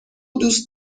دوست